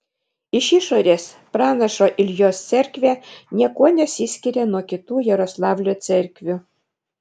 iš išorės pranašo iljos cerkvė niekuo nesiskiria nuo kitų jaroslavlio cerkvių